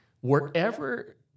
wherever